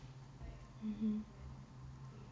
mmhmm